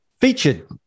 featured